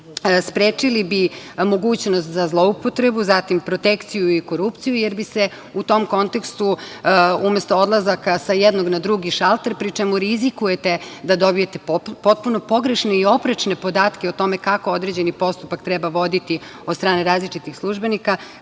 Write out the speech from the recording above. sprečili bi mogućnost za zloupotrebu, zatim, protekciju i korupciju, jer bi se u tom kontekstu umesto odlazaka sa jednog na drugi šalter, pri čemu rizikujete da dobijete potpuno pogrešne i oprečne podatke o tome kako određeni postupak treba voditi od strane različitih službenika,